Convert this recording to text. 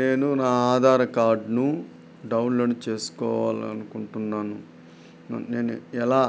నేను నా ఆధార కార్డ్ను డౌన్లోడ్ చేసుకోవాలి అనుకుంటున్నాను నున్ నేను ఎలా